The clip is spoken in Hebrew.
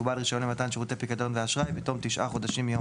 בעל רישיון למתן שירותי פיקדון ואשראי - בתום תשעה חודשים מיום